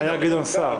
היה גדעון סער.